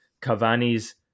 Cavani's